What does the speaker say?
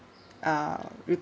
uh re~